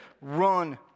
run